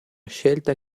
scelta